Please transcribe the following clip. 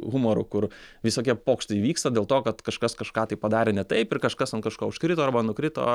humoru kur visokie pokštai įvyksta dėl to kad kažkas kažką tai padarė ne taip ir kažkas ant kažko užkrito arba nukrito